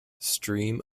stream